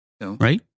Right